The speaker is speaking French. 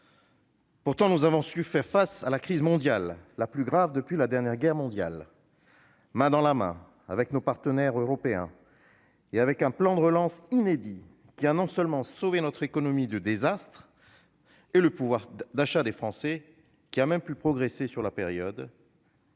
Pourtant, nous avons su faire face à la crise mondiale la plus grave depuis la dernière guerre mondiale, main dans la main avec nos partenaires européens, grâce à un plan de relance inédit, qui a non seulement sauvé notre économie du désastre et le pouvoir d'achat des Français, lequel a même progressé sur la période,